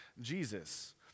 Jesus